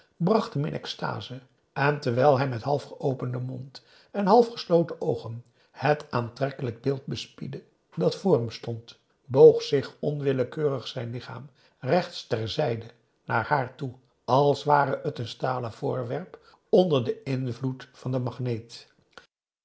hem in extase en terwijl hij met half geopenden mond en half gesloten oogen het aantrekkelijk beeld bespiedde dat voor hem stond boog zich onwillekeurig zijn lichaam rechts ter zijde naar haar toe als ware het een stalen voorwerp onder den invloed van den magneet